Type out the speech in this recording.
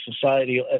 society